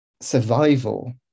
survival